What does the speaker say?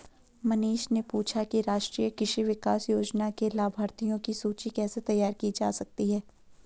मनीष ने पूछा कि राष्ट्रीय कृषि विकास योजना के लाभाथियों की सूची कैसे तैयार की जा सकती है